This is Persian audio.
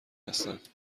هستند